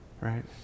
Right